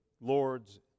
Lord's